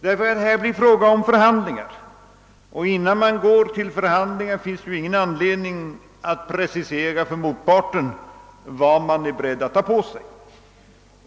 Det får härvidlag bli förhandlingar, och innan man går till förhand lingar finns det ju ingen anledning att precisera för motparten vad man är beredd att ta på sig.